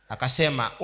Akasema